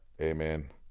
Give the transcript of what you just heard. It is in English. Amen